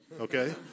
okay